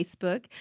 Facebook